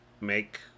make